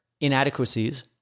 inadequacies